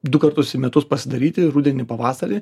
du kartus į metus pasidaryti rudenį pavasarį